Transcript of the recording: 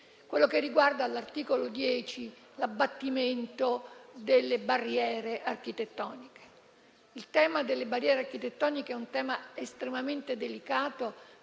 - che riguarda l'articolo 10 sull'abbattimento delle barriere architettoniche. Il tema delle barriere architettoniche è estremamente delicato,